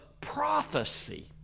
prophecy